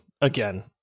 again